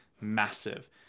massive